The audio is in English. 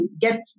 get